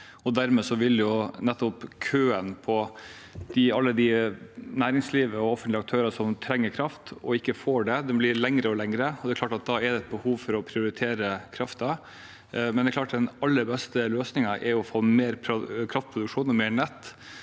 Dermed vil nettopp køen av alle de i næringslivet og av offentlige aktører som trenger kraft og ikke får det, bli lengre og lengre, og det er klart at da er det behov for å prioritere kraften. Den aller beste løsningen er å få mer kraftproduksjon og mer nett,